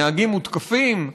נהגים מותקפים,